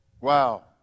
Wow